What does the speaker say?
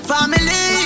Family